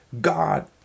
God